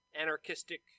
anarchistic